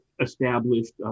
Established